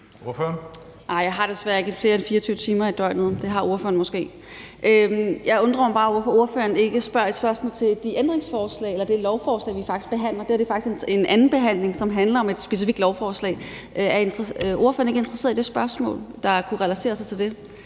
Jeg har desværre ikke flere end 24 timer i døgnet. Det har ordføreren måske. Jeg undrer mig bare over, hvorfor ordføreren ikke stiller et spørgsmål til det lovforslag, vi faktisk behandler. Det her er faktisk en andenbehandling, som handler om et specifikt lovforslag. Er ordføreren ikke interesseret i et spørgsmål, der kunne relatere sig til det,